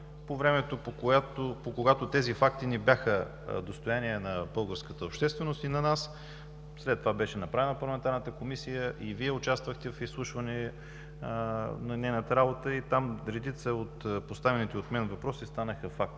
по времето, когато тези факти не бяха достояние на българската общественост и на нас. След това беше направена парламентарната комисия. Вие участвахте в изслушване на нейната работа и там редица от поставените от мен въпроси станаха факт.